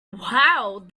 wow